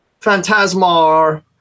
Phantasmar